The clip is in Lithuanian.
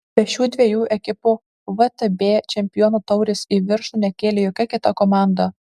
be šių dviejų ekipų vtb čempionų taurės į viršų nekėlė jokia kita komanda